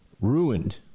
ruined